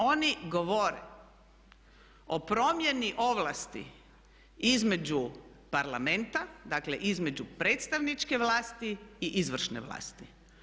Oni govore o promjeni ovlasti između Parlamenta, dakle između predstavničke vlasti i izvršne vlasti.